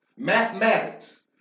mathematics